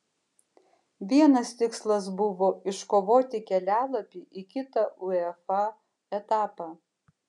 vienas tikslas buvo iškovoti kelialapį į kitą uefa etapą